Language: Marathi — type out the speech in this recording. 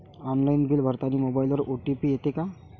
ऑनलाईन बिल भरतानी मोबाईलवर ओ.टी.पी येते का?